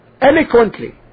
eloquently